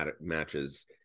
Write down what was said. matches